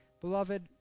beloved